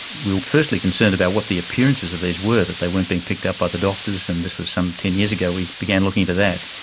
we were firstly concerned about what the appearances of these were, that they weren't being picked up by the doctors, and this was some ten years ago, we began looking into that.